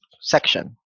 section